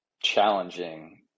challenging